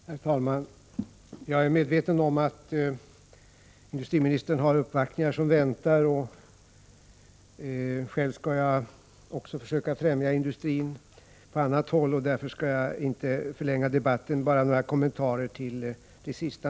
Herr talman! Jag är medveten om att industriministern har uppvaktningar som väntar, och själv skall jag också försöka främja industrin på annat håll. Därför skall jag inte förlänga debatten så mycket mer — bara några kommentarer till det senaste.